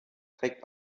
trägt